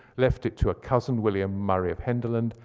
left it to a cousin, william murray of henderland,